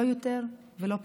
לא יותר ולא פחות.